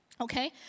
Okay